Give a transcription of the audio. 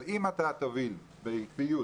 אבל אם תוביל בעקביות,